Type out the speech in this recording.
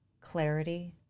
clarity